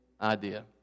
idea